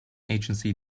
agency